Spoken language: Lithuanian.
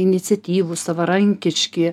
iniciatyvūs savarankiški